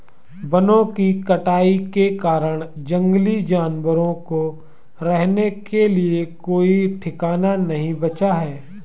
वनों की कटाई के कारण जंगली जानवरों को रहने के लिए कोई ठिकाना नहीं बचा है